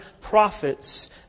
prophets